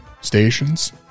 stations